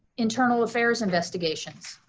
internal affairs investigations,